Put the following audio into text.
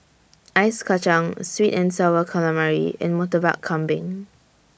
Ice Kachang Sweet and Sour Calamari and Murtabak Kambing